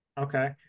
Okay